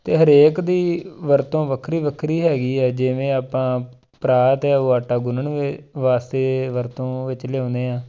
ਅਤੇ ਹਰੇਕ ਦੀ ਵਰਤੋਂ ਵੱਖਰੀ ਵੱਖਰੀ ਹੈਗੀ ਹੈ ਜਿਵੇਂ ਆਪਾਂ ਪਰਾਤ ਹੈ ਉਹ ਆਟਾ ਗੁੰਨਣ ਵੇ ਵਾਸਤੇ ਵਰਤੋਂ ਵਿੱਚ ਲਿਆਉਂਦੇ ਹਾਂ